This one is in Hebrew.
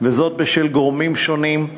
בשל גורמים שונים.